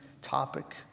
topic